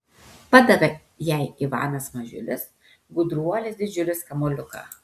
padavė jai ivanas mažiulis gudruolis didžiulis kamuoliuką